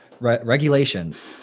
regulations